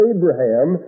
Abraham